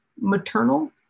maternal